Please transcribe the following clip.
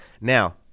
Now